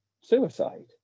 suicide